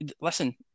listen